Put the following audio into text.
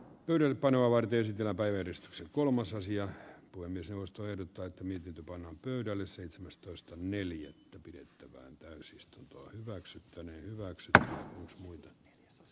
ylipainoa varten syöpäyhdistyksen kolmas asia kuin myös jaosto ehdottaa että miehet pannaan pöydälle seitsemästoista neljättä pidettävään täysistunto hyväksyttäneen hyväksytä muille